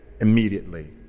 immediately